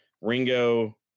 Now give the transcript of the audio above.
Ringo